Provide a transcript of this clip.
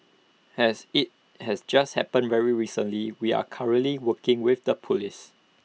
as IT has just happened very recently we are currently working with the Police